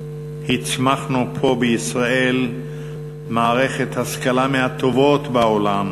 הצמחנו פה בישראל מערכת השכלה מהטובות בעולם